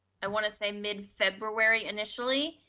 i wanna say mid february initially.